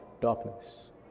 darkness